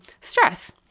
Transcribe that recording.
stress